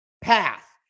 path